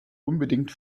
unbedingt